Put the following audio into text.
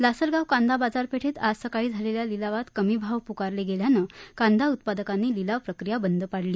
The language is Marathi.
लासलगाव कांदा बाजारपेठेत आज सकाळी झालेल्या लिलावात कमी भाव पुकारले गेल्यानं कांदा उत्पादकांनी लिलाव प्रक्रीया बंद पाडली